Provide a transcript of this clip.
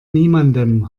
niemandem